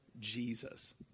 Jesus